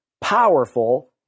powerful